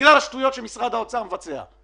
בגלל השטויות שמשרד האוצר מבצע.